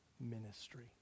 ministry